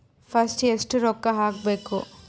First ಎಷ್ಟು ರೊಕ್ಕ ಹಾಕಬೇಕು?